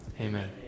Amen